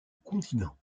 continent